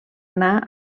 anar